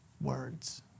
Words